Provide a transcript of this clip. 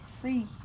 Free